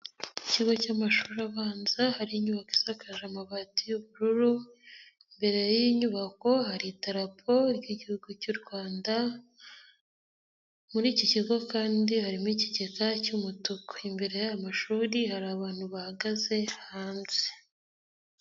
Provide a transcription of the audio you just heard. Ku kigo cy'amashuri abanza hari inyubako isakaje amabati y'ubururu, imbere y'iyi nyubako hari idarapo ry'Igihugu cy'u Rwanda, muri iki kigo kandi harimo ikigega cy'umutuku, imbere y'aya mashuri hari abantu bahagaze hanze.